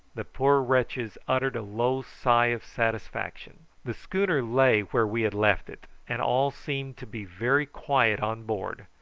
the poor wretches uttered a low sigh of satisfaction. the schooner lay where we had left it, and all seemed to be very quiet on board,